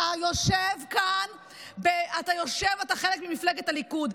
אתה יושב כאן כי אתה חלק ממפלגת הליכוד.